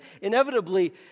Inevitably